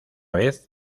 vez